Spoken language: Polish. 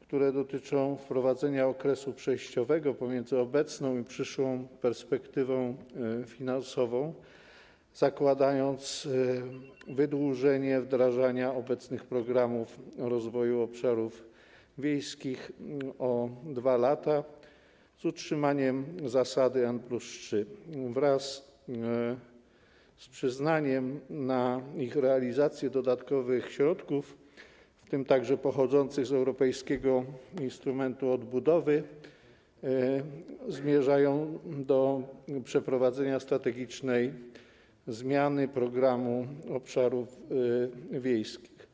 które dotyczą wprowadzenia okresu przejściowego pomiędzy obecną i przyszłą perspektywą finansową, zakładające wydłużenie wdrażania obecnych programów rozwoju obszarów wiejskich o 2 lata, z utrzymaniem zasady n+3, wraz z przyznaniem na ich realizację dodatkowych środków, w tym pochodzących z europejskiego instrumentu odbudowy, zmierzające do przeprowadzenia strategicznej zmiany Programu Rozwoju Obszarów Wiejskich.